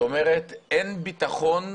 זאת אומרת אין ביטחון,